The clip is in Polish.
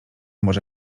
może